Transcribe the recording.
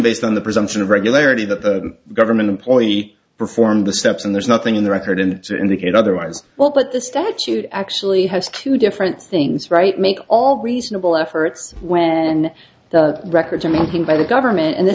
based on the presumption of regularity that the government employee performed the steps and there's nothing in the record and to indicate otherwise well but the statute actually has two different things right make all reasonable efforts when the records are mounting by the government and the